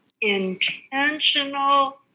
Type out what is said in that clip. intentional